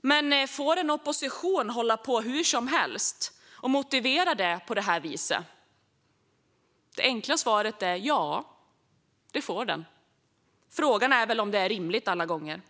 men får en opposition hålla på hur som helst och motivera det så? Det enkla svaret är ja, det får den. Frågan är om det är rimligt alla gånger.